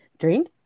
drink